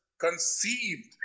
conceived